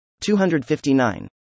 259